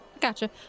Gotcha